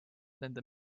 nende